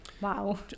wow